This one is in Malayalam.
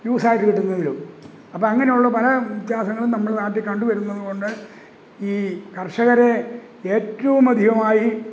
ലൂസായിട്ട് കിട്ടുന്നതിലും അപ്പോള് അങ്ങനെയുള്ള പല വ്യത്യാസങ്ങളും നമ്മളെ നാട്ടില് കണ്ടുവരുന്നതുകൊണ്ട് ഈ കർഷകരെ ഏറ്റവുമധികമായി